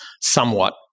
somewhat